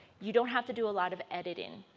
you don't have to do a lot of editing,